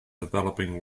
developing